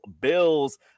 Bills